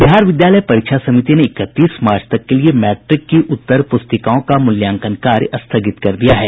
बिहार विद्यालय परीक्षा समिति ने इकतीस मार्च तक के लिए मैट्रिक की उत्तर पुस्तिकाओं का मूल्यांकन कार्य स्थगित कर दिया है